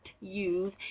use